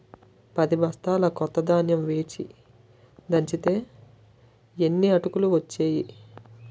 పదిబొస్తాల కొత్త ధాన్యం వేచి దంచితే యిన్ని అటుకులు ఒచ్చేయి